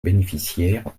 bénéficiaires